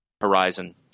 Horizon